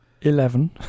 Eleven